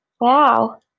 Wow